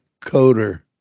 coder